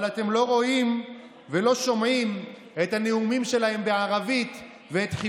אבל אתם לא רואים ולא שומעים את הנאומים